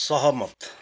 सहमत